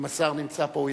אם השר נמצא פה,